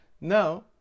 Now